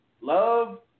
Love